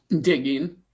Digging